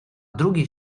drugie